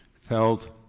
Felt